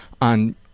on